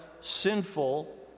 sinful